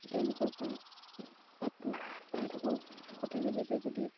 তেওঁলোকৰপৰা পাতটো পাই থাকোঁ প্ৰতি কে জিতে যদি